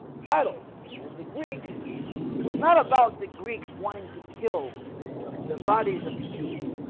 battle with the greeks was not about the greeks wanting to kill the bodies of the jews